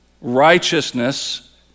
righteousness